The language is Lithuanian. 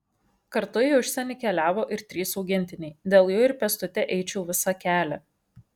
kartu į užsienį keliavo ir trys augintiniai dėl jų ir pėstute eičiau visą kelią